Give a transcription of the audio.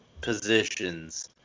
positions